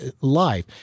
life